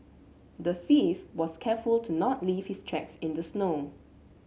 the thief was careful to not leave his tracks in the snow